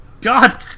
God